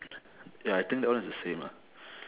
ya I think that one is the same lah